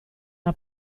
era